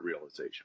realization